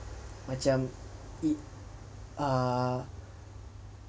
macam e~ err